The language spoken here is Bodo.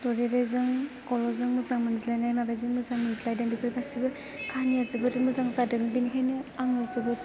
ददेरेजों गल'जों मोजां मोनज्लायनाय माबायदि मोजां मोनज्लायदों बेफोर गासैबो खाहानिया जोबोद मोजां जादों बेनिखायनो आङो जोबोद